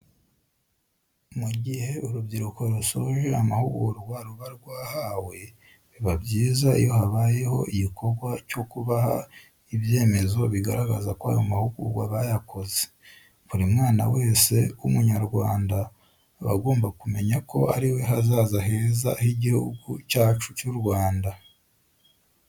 Mu gihe urubyiruko rusoje amahugurwa ruba rwarahawe, biba byiza iyo habayeho igikorwa cyo kubaha ibyemezo bigaragaza ko ayo mahugurwa bayakoze. Buri mwana wese w'Umunyarwanda aba agomba kumenya ko ari we hazaza heza h'Igihugu cyacu cy'u Rwanda.